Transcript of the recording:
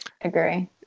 agree